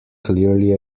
clearly